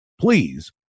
please